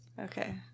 Okay